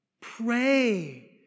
Pray